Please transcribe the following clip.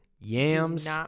Yams